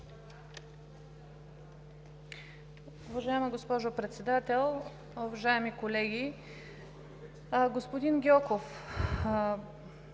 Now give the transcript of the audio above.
Уважаема госпожо Председател, уважаеми колеги! Господин Гьоков,